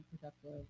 productive